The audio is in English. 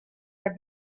are